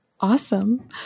Awesome